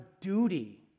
duty